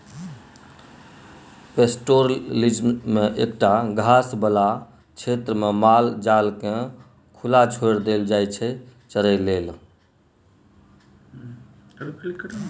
pastoralism मे एकटा घास बला क्षेत्रमे माल जालकेँ खुला छोरि देल जाइ छै चरय लेल